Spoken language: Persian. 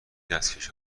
دستکش